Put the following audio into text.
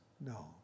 No